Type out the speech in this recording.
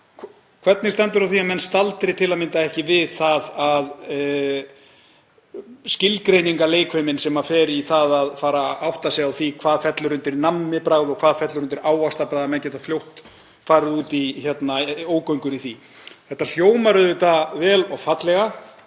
Hvernig stendur á því að menn staldri til að mynda ekki við skilgreiningarleikfimina sem fer í það að reyna að átta sig á því hvað fellur undir nammibragð og hvað fellur undir ávaxtabragð? Menn geta fljótt farið út í ógöngur í því. Þetta hljómar auðvitað vel og fallega